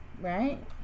Right